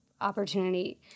opportunity